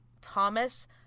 Thomas